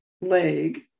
leg